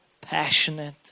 passionate